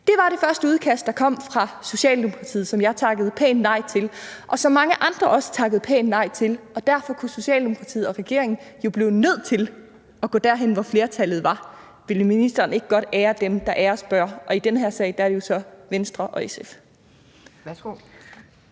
Det var det første udkast, der kom fra Socialdemokratiet, som jeg takkede pænt nej til, og som mange andre også takkede pænt nej til, og derfor kunne Socialdemokratiet og regeringen jo blive nødt til at gå derhen, hvor flertallet var. Vil ministeren ikke godt ære dem, der æres bør? Og i den her sag er det jo så Venstre og SF.